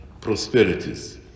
prosperities